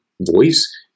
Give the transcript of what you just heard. voice